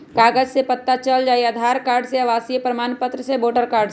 कागज से पता चल जाहई, आधार कार्ड से, आवासीय प्रमाण पत्र से, वोटर कार्ड से?